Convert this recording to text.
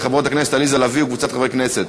של חברת הכנסת עליזה לביא וקבוצת חברי הכנסת.